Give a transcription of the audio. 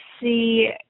see